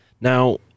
Now